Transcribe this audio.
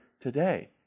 today